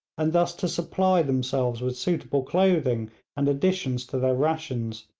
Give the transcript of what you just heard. and thus to supply themselves with suitable clothing and additions to their rations,